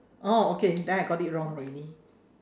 orh okay then I got it wrong already